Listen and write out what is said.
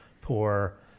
poor